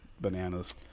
bananas